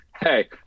hey